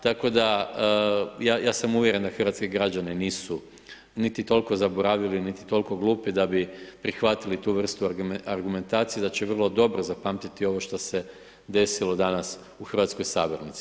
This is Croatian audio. Tako da ja sam uvjeren da hrvatski građani nisu niti toliko zaboravili, niti toliko glupi da bi prihvatili tu vrstu argumentacije, da će vrlo dobro zapamtiti ovo što se desilo danas u hrvatskoj sabornici.